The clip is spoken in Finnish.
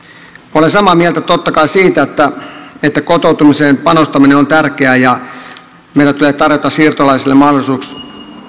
olen samaa mieltä totta kai siitä että kotoutumiseen panostaminen on tärkeää ja meidän tulee tarjota siirtolaisille mahdollisuus